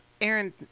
Aaron